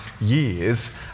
years